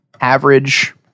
average